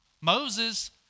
Moses